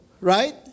Right